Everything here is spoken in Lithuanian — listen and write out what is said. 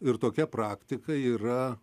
ir tokia praktika yra